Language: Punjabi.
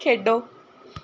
ਖੇਡੋ